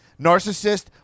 narcissist